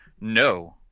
No